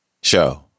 Show